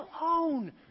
alone